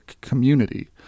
community